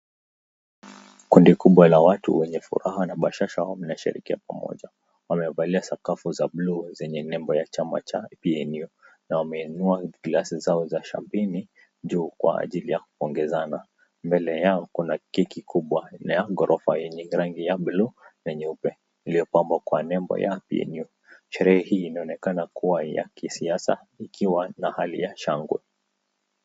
Kundi kubwa la watu wenye furaha na bashasha wanasherekea pamoja waliovalia sakafu za bluu zenye nembo ya chama cha PNU na wameinua glasi zao za (cs) champagne (cs)juu kwa ajili ya kupongezana ,mbele yao kuna keki kubwa ya ghorofa yenye rangi ya bluu na nyeupe iliyopambwa kwa nembo ya PNU, sherehe hii inaonekana kuwa ya kisiasa ikiwa na hali ya shangwe.